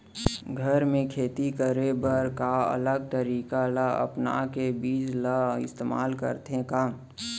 घर मे खेती करे बर का अलग तरीका ला अपना के बीज ला इस्तेमाल करथें का?